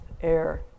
air